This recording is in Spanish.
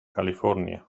california